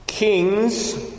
Kings